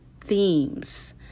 themes